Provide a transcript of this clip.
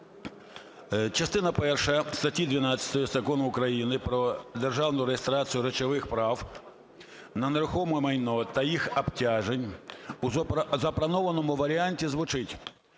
Частина перша статті 12 Закону України "Про державну реєстрацію речових прав на нерухоме майно та їх обтяжень" у запропонованому варіанті звучить: